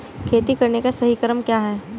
खेती करने का सही क्रम क्या है?